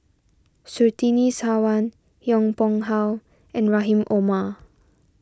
Surtini Sarwan Yong Pung How and Rahim Omar